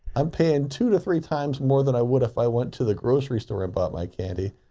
i'm paying two to three times more than i would if i went to the grocery store and bought my candy.